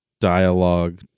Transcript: dialogue